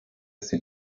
sind